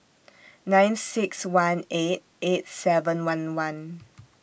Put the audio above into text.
nine six one eight eight seven one one